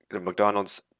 McDonald's